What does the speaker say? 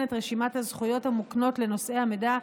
את רשימת הזכויות המוקנות לנושאי המידע,